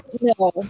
no